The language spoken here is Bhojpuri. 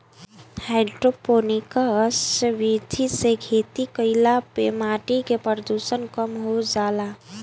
हाइड्रोपोनिक्स विधि से खेती कईला पे माटी के प्रदूषण कम हो जाला